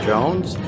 Jones